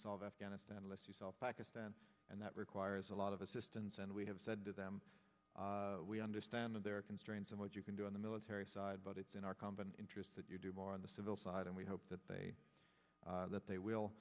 solve afghanistan unless you sell pakistan and that requires a lot of assistance and we have said to them we understand their constraints and what you can do in the military side but it's in our common interest that you do more on the civil side and we hope that they that they will